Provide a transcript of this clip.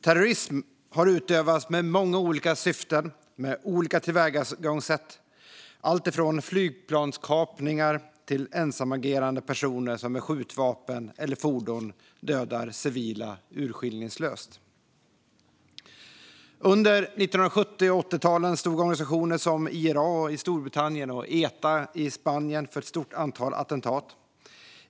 Terrorism har utövats med många olika syften och många olika tillvägagångssätt - alltifrån flygplanskapningar till ensamagerande personer som med skjutvapen eller fordon dödar civila urskillningslöst. Under 1970 och 1980-talen stod organisationer som IRA i Storbritannien och Eta i Spanien för ett stort antal attentat.